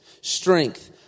Strength